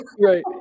Right